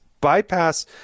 bypass